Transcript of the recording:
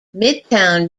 midtown